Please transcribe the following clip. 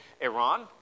Iran